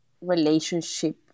relationship